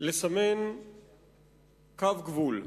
לסמן קו גבול.